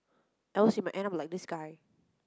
else you might end up like this guy